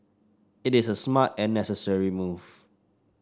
it is a smart and necessary move